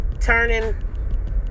turning